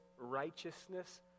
righteousness